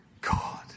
God